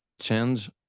change